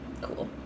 Cool